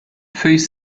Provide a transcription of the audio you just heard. feuilles